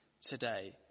today